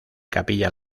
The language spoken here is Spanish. capilla